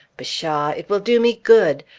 pshaw! it will do me good!